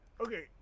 Okay